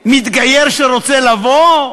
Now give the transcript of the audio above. מתגייר שרוצה לבוא,